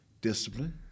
discipline